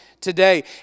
today